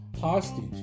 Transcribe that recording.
hostage